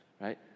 right